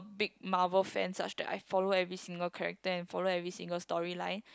big Marvel fan such that I follow every single character and follow every single storyline